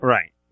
Right